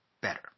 better